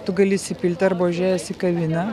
tu gali įsipilti arba užėjęs į kavinę